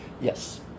Yes